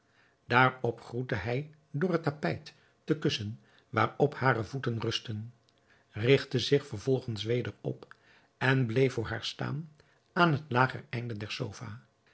daarop groette hij door het tapijt te kussen waarop hare voeten rustten rigtte zich vervolgens weder op en bleef voor haar staan aan het lager einde der sofa